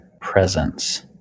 presence